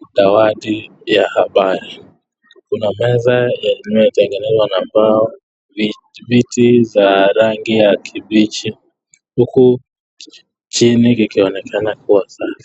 utoaji a habari. Kuna meza ambayo imetengenezwa na mbao, viti za rangi ya kibichi, huku chini kikionekana kuwa safi.